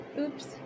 Oops